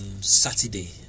Saturday